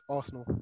Arsenal